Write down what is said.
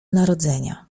narodzenia